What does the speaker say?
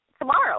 tomorrow